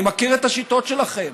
אני מכיר את השיטות שלכם.